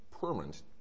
permanent